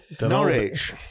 Norwich